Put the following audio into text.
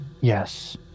yes